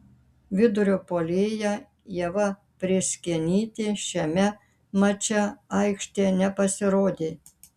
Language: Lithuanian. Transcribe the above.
vidurio puolėja ieva prėskienytė šiame mače aikštėje nepasirodė